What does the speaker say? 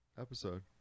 episode